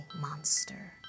monster